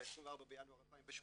ב-24 בינואר 2018,